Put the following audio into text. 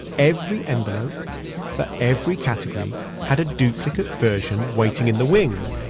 every envelope for every category had a duplicate version waiting in the wings.